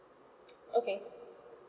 okay